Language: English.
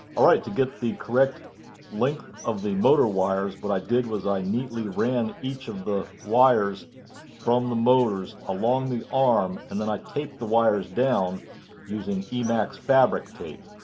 all right to get the correct length of the motor wires what but i did was i neatly ran each of the wires from the motors along the arm and then i taped the wires down using emax fabric tape.